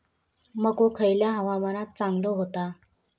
मको खयल्या हवामानात चांगलो होता?